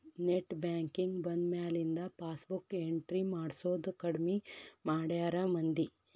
net banking ಬಂದ್ಮ್ಯಾಲಿಂದ passbook entry ಮಾಡ್ಸೋದ್ ಕಡ್ಮಿ ಮಾಡ್ಯಾರ ಮಂದಿ